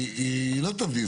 היא לא תבדיל,